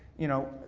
you know,